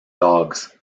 dogs